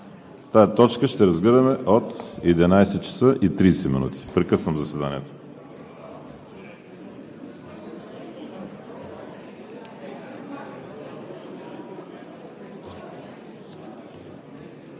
Тази точка ще разгледаме от 11,30 ч. Прекъсвам заседанието.